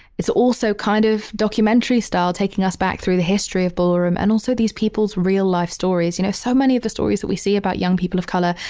it's also kind of documentary style, taking us back through the history of ballroom and also these people's real life stories. you know, so many of the stories that we see about young people of color,